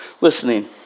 listening